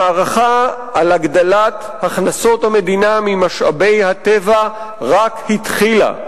המערכה על הגדלת הכנסות המדינה ממשאבי הטבע רק התחילה.